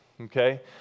okay